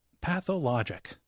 Pathologic